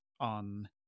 on